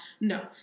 No